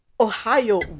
Ohio